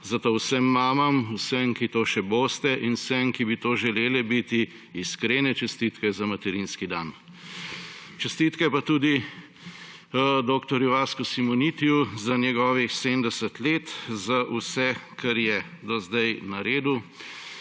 zato vsem mamam, vsem, ki to še boste, in vsem, ki bi to želele biti, iskrene čestitke za materinski dan. Čestitke pa tudi dr. Vasku Simonitiju za njegovih 70 let, za vse, kar je do zdaj naredil,